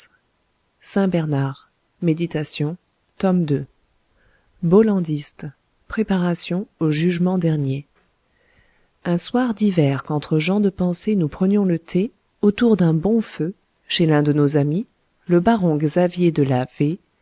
saint bernard méditations t ii bollandistes préparation au jugement dernier un soir d'hiver qu'entre gens de pensée nous prenions le thé autour d'un bon feu chez l'un de nos amis le baron xavier de la